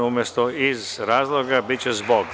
Umesto „iz razloga“, biće „zbog“